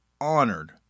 honored